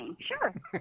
Sure